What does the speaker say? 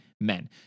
Men